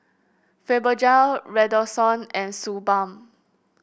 Fibogel Redoxon and Suu Balm